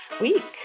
week